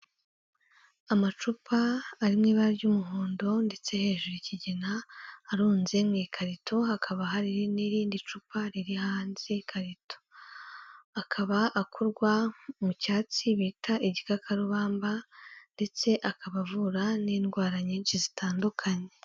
Amacupa arimo ibara ry'umuhondo nditse hejuru ikigina, arunze mu ikarito hakaba hari n'irindi cupa riri hanze y'ikarito, akaba akurwa mu cyatsi bita igikakarubamba ndetse akaba avura n'indwara nyinshi zitandukanye.